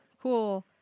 Cool